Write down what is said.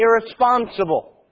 irresponsible